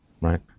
Right